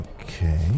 Okay